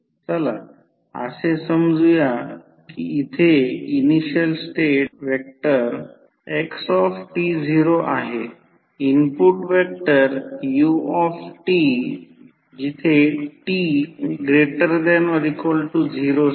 चला असे समजूया की इथे इनिशियल स्टेट व्हेक्टर xt0 आहे इनपुट व्हेक्टर utt≥0 साठी